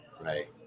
Right